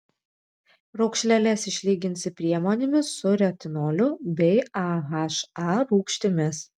raukšleles išlyginsi priemonėmis su retinoliu bei aha rūgštimis